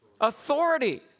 authority